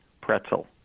pretzel